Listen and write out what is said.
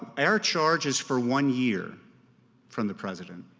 our charge is for one year from the president.